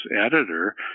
editor